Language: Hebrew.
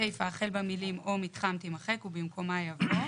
הסיפה החל במילים "או מתחם" תימחק ובמקומה יבוא: